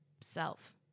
self